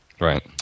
right